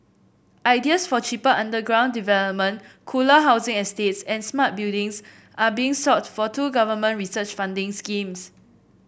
ideas for cheaper underground development cooler housing estates and smart buildings are being sought for two government research funding schemes